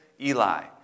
Eli